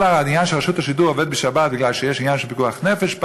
כל העניין הוא שרשות השידור עובדת בשבת בגלל שיש עניין של פיקוח נפש,